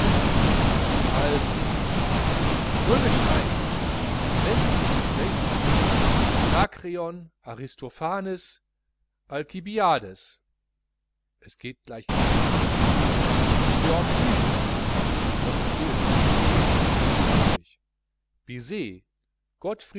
also i männlichen geschlechts anakreon aristophanes alkibiades es geht gleich griechisch an wie sie sehen georg büchner um gotteswillen georg nicht ludwig